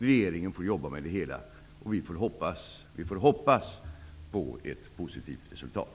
Regeringen får jobba med det hela, och vi hoppas på ett positivt resultat.